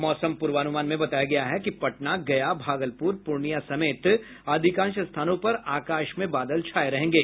मौसम प्रर्वान्मान में बताया गया है कि पटना गया भागलपुर पूर्णियां समेत अधिकांश स्थानों पर आकाश में बादल छाये रहेंगे